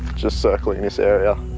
just circling this area,